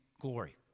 glory